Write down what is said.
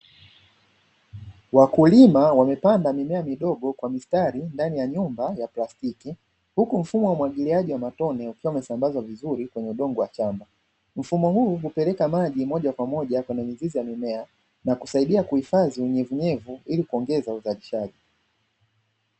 Wakulima wamepanda mimea midogo kwa mistari ndani ya nyumba ya plastiki, huku mfumo wa umwagiliaji wa matone ukiwa umesambazwa vizuri kwenye udongo wa shamba. Mfumo huu hupeleka maji moja kwa moja kwenye mizizi ya mimea, na kusaidia kuhifadhi unyevunyevu ili kuongeza uzalishaji.